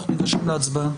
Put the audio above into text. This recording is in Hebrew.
אנחנו ניגשים להצבעה.